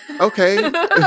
okay